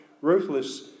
ruthless